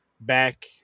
back